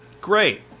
Great